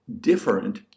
different